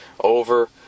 over